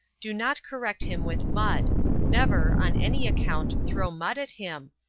do not correct him with mud never, on any account, throw mud at him,